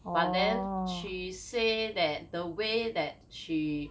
but then she say that the way that she